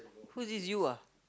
who is this you ah